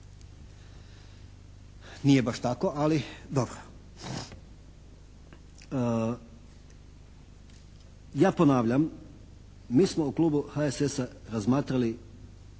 nije baš tako, ali dobro. Ja ponavljam, mi smo u klubu HSS-a razmatrali